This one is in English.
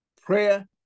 Prayer